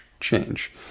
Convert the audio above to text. change